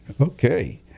Okay